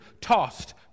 tossed